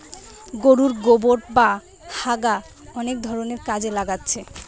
গোরুর গোবোর বা হাগা অনেক ধরণের কাজে লাগছে